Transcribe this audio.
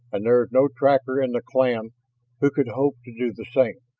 and there is no tracker in the clan who could hope to do the same.